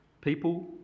people